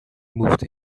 moved